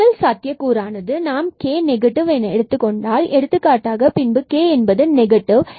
முதல் சாத்தியக்கூறு ஆனது நாம் k இதை நெகட்டிவ் என எடுத்துக்கொண்டால் எடுத்துக்காட்டாக பின்பு k என்பது நெகட்டிவ்